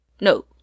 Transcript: no